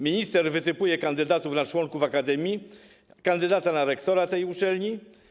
Minister wytypuje kandydatów na członków akademii i kandydata na rektora tej uczelni.